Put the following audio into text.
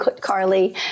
Carly